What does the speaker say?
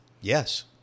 Yes